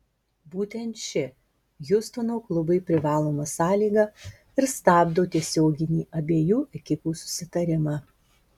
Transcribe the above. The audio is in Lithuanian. būtent ši hjustono klubui privaloma sąlyga ir stabdo tiesioginį abiejų ekipų susitarimą